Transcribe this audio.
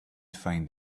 find